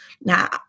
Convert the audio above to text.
Now